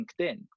LinkedIn